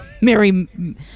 mary